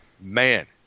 man